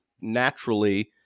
naturally